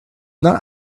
not